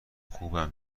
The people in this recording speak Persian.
خوبم